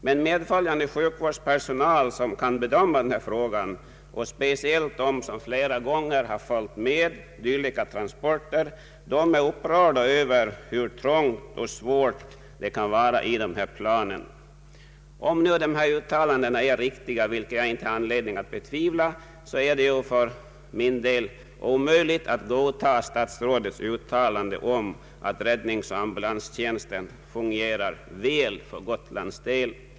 Men medföljande sjukvårdspersonal som kan bedöma frågan, och speciellt sådan som flera gånger har följt med dylika transporter, är upprörd över hur trångt och besvärligt det kan vara i planen. Om nu dessa uttalanden är riktiga, vilket jag inte har anledning att betvivla, är det för mig omöjligt att godta statsrådets uttalande om att räddningsoch ambulanstjänsten fungerar väl för Gotlands del.